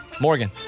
Morgan